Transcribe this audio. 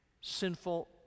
sinful